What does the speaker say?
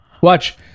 Watch